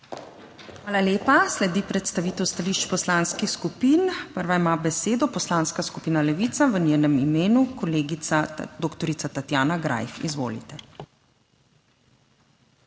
Hvala lepa. Sledi predstavitev stališč poslanskih skupin. Prva ima besedo Poslanska skupina Levica, v njenem imenu kolegica doktorica Tatjana Greif. Izvolite.